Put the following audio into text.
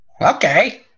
Okay